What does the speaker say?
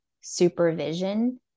supervision